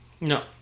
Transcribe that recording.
No